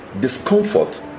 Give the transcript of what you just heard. discomfort